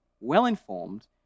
Well-informed